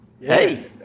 Hey